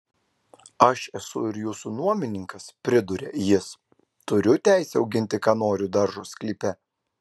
aš esu ir jūsų nuomininkas priduria jis turiu teisę auginti ką noriu daržo sklype